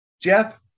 Jeff